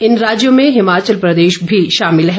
इन राज्यों में हिमाचल प्रदेश भी शामिल है